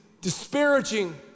disparaging